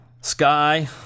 Sky